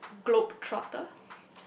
globe trotter